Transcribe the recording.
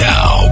Now